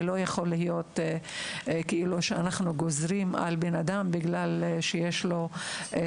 כי לא יכול להיות שאנחנו גוזרים על אדם עם בעיה מסוימת